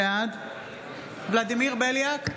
בעד ולדימיר בליאק,